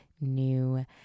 new